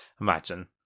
Imagine